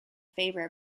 favor